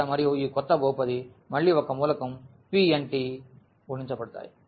ఇక్కడ మరియు ఈ కొత్త బహుపది మళ్ళీ ఈ ఒక మూలకం Pnగుణించబడతాయి